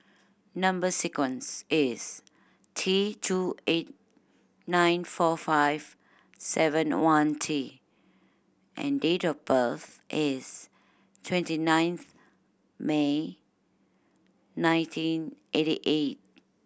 number sequence is T two eight nine four five seven one T and date of birth is twenty ninth May nineteen eighty eight